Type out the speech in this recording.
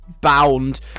bound